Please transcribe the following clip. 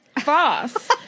false